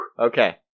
okay